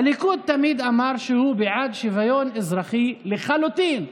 הליכוד תמיד אמר שהוא בעד שוויון אזרחי לחלוטין.